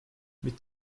mit